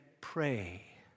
pray